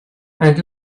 and